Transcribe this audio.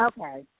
Okay